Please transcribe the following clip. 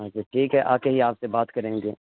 اچھا ٹھیک ہے آ کے ہی آپ سے بات کریں گے